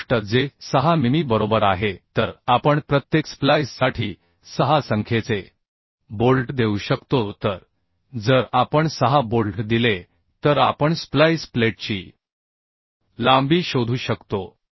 65 जे 6 मिमी बरोबर आहे तर आपण प्रत्येक स्प्लाइससाठी 6 संख्येचे बोल्ट देऊ शकतो तर जर आपण 6 बोल्ट दिले तर आपण स्प्लाइस प्लेटची लांबी शोधू शकतो